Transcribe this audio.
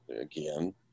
again